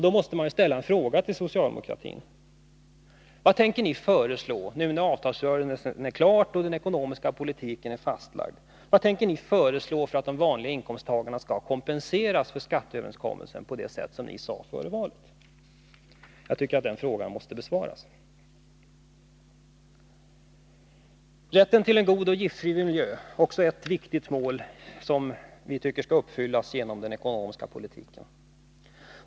Då måste man ställa en fråga till socialdemokraterna: Vad tänker ni föreslå, när avtalsrörelsen är klar och den ekonomiska politiken fastlagd, för att de vanliga inkomsttagarna skall kompenseras för skatteöverenskommelsen på det sätt som ni sade före valet? Jag tycker att den frågan måste besvaras. Rätten till en god och giftfri miljö är också ett viktigt mål, som vi tycker skall uppfyllas genom den ekonomiska politiken.